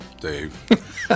Dave